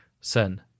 sin